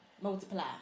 multiply